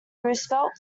roosevelt